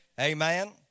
Amen